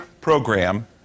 program